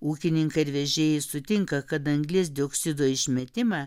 ūkininkai ir vežėjai sutinka kad anglies dioksido išmetimą